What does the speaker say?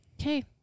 Okay